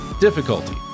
difficulty